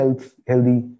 healthy